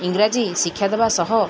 ଇଂରାଜୀ ଶିକ୍ଷା ଦେବା ସହ